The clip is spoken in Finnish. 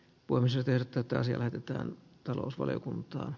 voisi tehdä tätä sievä tyttö on talousvaliokunta